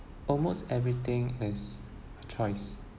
almost everything is choice